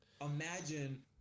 imagine